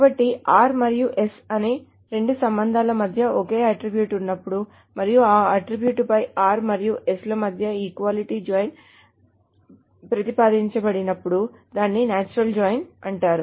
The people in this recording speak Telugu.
కాబట్టి r మరియు s అనే రెండు సంబంధాల మధ్య ఒకే అట్ట్రిబ్యూట్ ఉన్నప్పుడు మరియు ఆ అట్ట్రిబ్యూట్ పై r మరియు s ల మధ్య ఈక్వాలిటీ జాయిన్ ప్రతిపాదించబడినప్పుడు దానిని నతురల్ జాయిన్ అంటారు